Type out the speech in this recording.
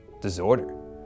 disorder